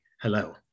hello